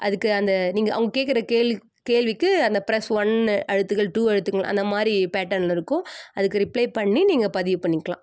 அதுக்கு அந்த நீங்கள் அவங்க கேக்கிற கேள்விக்கு கேள்விக்கு அந்த ப்ரஸ் ஒன்று அழுத்துங்கள் டூ அழுத்துங்கள் அந்த மாதிரி பேட்டர்னில் இருக்கும் அதுக்கு ரிப்ளே பண்ணி நீங்கள் பதிவு பண்ணிக்கலாம்